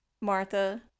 Martha